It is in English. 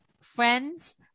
friends